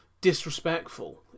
disrespectful